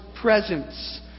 presence